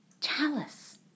chalice